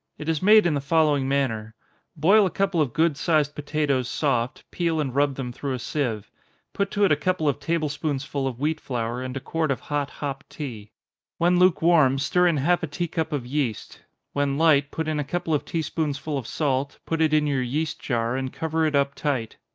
it is made in the following manner boil a couple of good, sized potatoes soft peel and rub them through a sieve put to it a couple of table-spoonsful of wheat flour, and a quart of hot hop tea when lukewarm, stir in half a tea-cup of yeast when light, put in a couple of tea-spoonsful of salt, put it in your yeast-jar, and cover it up tight.